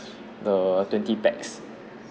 err twenty pax